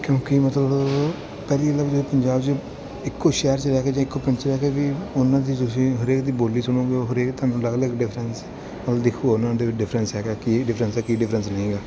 ਕਿਉਂਕਿ ਮਤਲਬ ਪਹਿਲੀ ਗੱਲ ਤਾਂ ਮਤਲਬ ਪੰਜਾਬ 'ਚ ਇੱਕੋ ਸ਼ਹਿਰ 'ਚ ਰਹਿ ਕੇ ਜੇ ਇਕ ਪਿੰਡ 'ਚ ਰਹਿ ਕੇ ਵੀ ਉਹਨਾਂ ਦੀ ਜੇ ਤੁਸੀਂ ਹਰੇਕ ਦੀ ਬੋਲੀ ਸੁਣੋਗੇ ਉਹ ਹਰੇਕ ਤੁਹਾਨੂੰ ਅਲੱਗ ਅਲੱਗ ਡਿਫਰੈਂਸ ਮਤਲਬ ਦਿਖੂਗਾ ਉਹਨਾ ਦੇ ਵਿੱਚ ਡਿਫਰੈਂਸ ਹੈਗਾ ਕੀ ਡਿਫਰੈਂਸ ਕੀ ਡਿਫਰੈਂਸ ਨਹੀਂ ਹੈਗਾ